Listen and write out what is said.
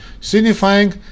signifying